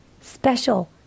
special